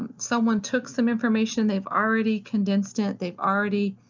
um someone took some information, they've already condensed it, they've already